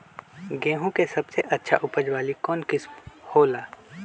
गेंहू के सबसे अच्छा उपज वाली कौन किस्म हो ला?